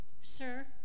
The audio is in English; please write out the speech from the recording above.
sir